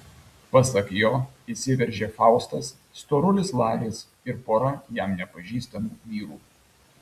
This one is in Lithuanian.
pasak jo įsiveržė faustas storulis laris ir pora jam nepažįstamų vyrų